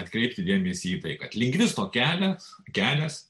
atkreipti dėmesį į tai kad lingvisto kelias kelias